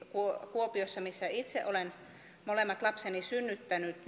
kuopioon missä itse olen molemmat lapseni synnyttänyt